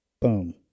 Boom